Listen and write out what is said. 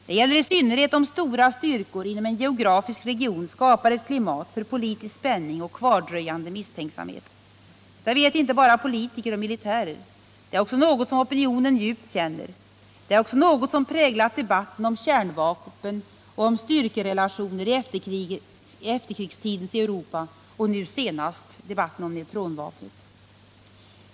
Det gäller i synnerhet om stora styrkor inom en geografisk region skapar ett klimat för politisk spänning och kvardröjande misstänksamhet. Detta vet inte bara politiker och militärer. Det är också något som präglat debatten om kärnvapen och om styrkerelationer i efterkrigstidens Europa och nu senast debatten om neutronvapnet.